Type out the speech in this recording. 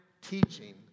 teaching